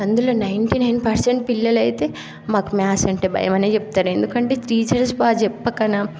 అందులో ninety nine percent పిల్లలు అయితే మాకు మ్యాథ్స్ అంటే భయం అనే చెప్తారు ఎందుకంటే టీచర్స్ బాగా చెప్పకనా